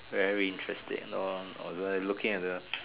very interesting no no I'm looking at the